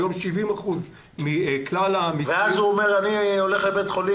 היום 70% מכלל המקרים --- ואז הוא אומר: אני הולך לבית חולים,